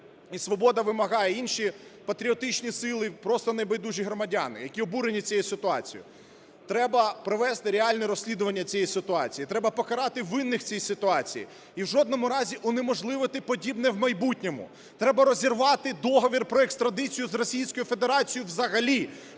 "Свобода" вимагає, інші патріотичні сили, просто небайдужі громадяни, які обурені цією ситуацією: треба провести реальне розслідування цієї ситуації і треба покарати винних в цій ситуації. І в жодному разі унеможливити подібне в майбутньому. Треба розірвати договір про екстрадицію з Російською